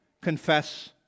confess